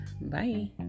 Bye